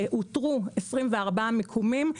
אותרו 24 מיקומים,